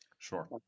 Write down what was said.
Sure